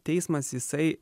teismas jisai